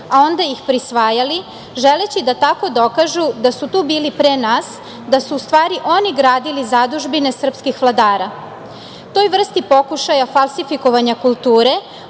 a onda ih prisvajali, želeći da tako dokažu da su tu bili pre nas, da su u stvari oni gradili zadužbine srpskih vladara. Toj vrsti pokušaja falsifikovanja kulture,